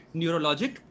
neurologic